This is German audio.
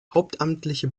hauptamtliche